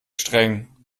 streng